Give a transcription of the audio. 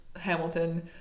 Hamilton